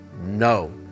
no